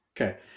okay